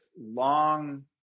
long